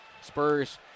Spurs